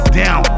down